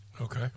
okay